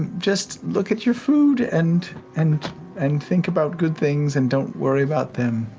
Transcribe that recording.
and just look at your food and and and think about good things and don't worry about them.